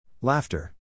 Laughter